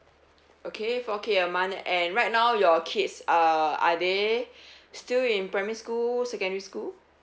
okay four K a month and right now your kids uh are they still in primary school secondary school